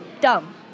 dumb